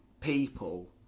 people